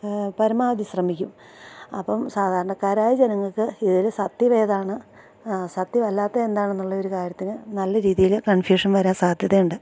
പരമാവധി ശ്രമിക്കും അപ്പം സാധാരണക്കാരായ ജനങ്ങള്ക്ക് ഇതില് സത്യമേതാണ് സത്യമല്ലാത്തത് എന്താണെന്നുള്ളൊരു കാര്യത്തില് നല്ല രീതിയില് കൺഫ്യൂഷൻ വരാൻ സാധ്യതയുണ്ട്